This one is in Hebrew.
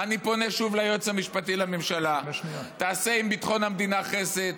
אני פונה שוב ליועץ המשפטי לממשלה: תעשה עם ביטחון המדינה חסד,